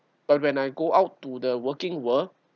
but when I go out to the working world